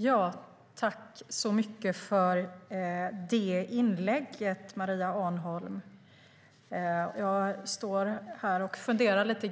Herr talman! Tack för det inlägget, Maria Arnholm! Jag funderar lite